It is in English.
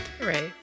Right